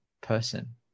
person